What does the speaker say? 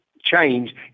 change